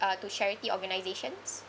uh to charity organizations